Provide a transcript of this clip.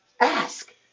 ask